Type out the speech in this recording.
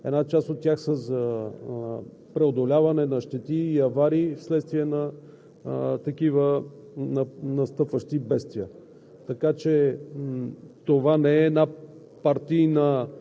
Една част от тези средства са за превантивни дейности, една част от тях са за преодоляване на щети и аварии вследствие на настъпващи бедствия.